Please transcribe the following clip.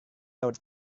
lewat